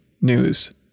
news